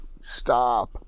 stop